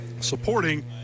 supporting